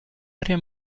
area